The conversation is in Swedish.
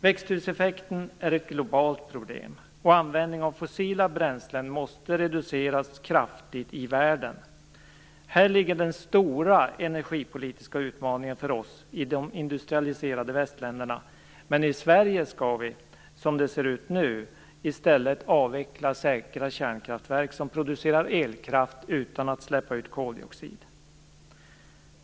Växthuseffekten är ett globalt problem och användningen av fossila bränslen måste reduceras kraftigt i världen. Häri ligger den stora energipolitiska utmaningen för oss i de industrialiserade västländerna. Men i Sverige skall vi, som det nu ser ut, i stället avveckla säkra kärnkraftverk som producerar elkraft utan att släppa ut koldioxid.